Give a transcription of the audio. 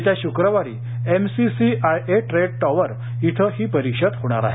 येत्या शुक्रवारी MCCIA trade tower येथे ही परिषद होणार आहे